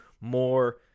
more